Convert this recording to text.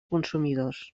consumidors